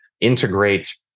integrate